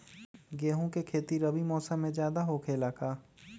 गेंहू के खेती रबी मौसम में ज्यादा होखेला का?